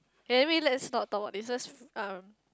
can we let's not talk about this just um